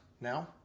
now